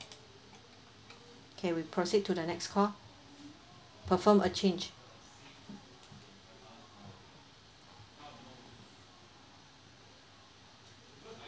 can we proceed to the next call perform a change